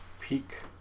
Peak